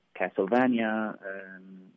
Castlevania